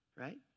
right